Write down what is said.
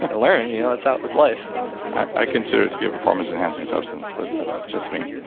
ah learn. yeah and so that's life i consider it to be a performance enhancing substance but that's just me